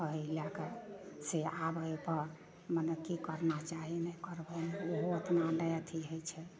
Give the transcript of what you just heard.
एहि लए कऽ से आब एहिपर मने की करना चाही ओ करबैनि ओहो अपना लए अथी होइ छै